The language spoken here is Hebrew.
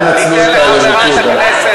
אל תנצלו את, אני אברך אותו מהבמה?